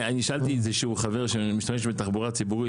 אני שאלתי חבר שמשתמש בתחבורה ציבורית,